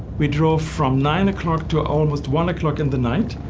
we drove from nine o'clock to almost one o'clock in the night.